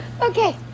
Okay